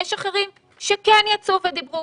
יש אחרים שכן יצאו ודיברו